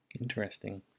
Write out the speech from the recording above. Interesting